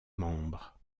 membres